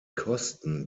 kosten